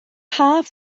haf